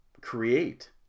create